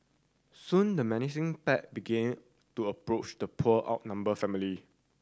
soon the menacing pack begin to approach the poor outnumbered family